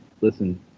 listen